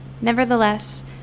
Nevertheless